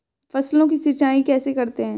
फसलों की सिंचाई कैसे करते हैं?